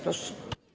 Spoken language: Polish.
Proszę.